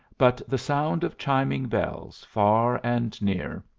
but the sound of chiming bells far and near,